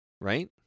right